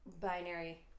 binary